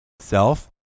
self